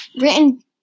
written